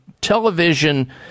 television